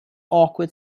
awkward